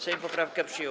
Sejm poprawkę przyjął.